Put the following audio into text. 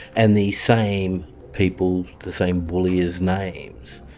and the same people, the same bullies' names,